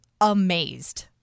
amazed